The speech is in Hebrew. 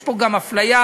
יש פה גם אפליה,